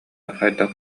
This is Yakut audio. хайдах